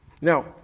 Now